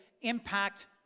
impact